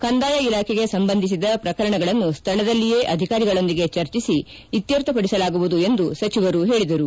ಕಂದಾಯ ಇಲಾಖೆಗೆ ಸಂಬಂಧಿಸಿದ ಪ್ರಕರಣಗಳನ್ನು ಸ್ಥಳದಲ್ಲಿಯೇ ಅಧಿಕಾರಿಗಳೊಂದಿಗೆ ಚರ್ಚಿಸಿ ಇತ್ತರ್ಥಪಡಿಸಲಾಗುವುದು ಎಂದು ಸಚಿವರು ಹೇಳಿದರು